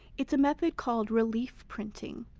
it's a method called relief printing.